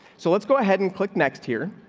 so let's go ahead and click next here.